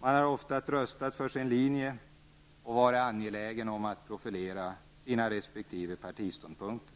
Man har oftast röstat för sin linje och varit angelägen om att profilera sina resp. partiståndpunkter.